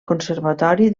conservatori